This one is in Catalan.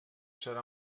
serà